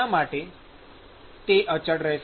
શા માટે તે અચળ રહેશે